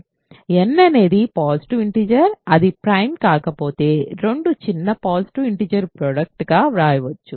n అనేది positive integer అది prime కాకపోతే రెండు చిన్న పాజిటివ్ ఇంటిజర్ ప్రోడక్ట్ గా వ్రాయవచ్చు